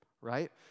right